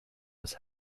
was